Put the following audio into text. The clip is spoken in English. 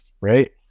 right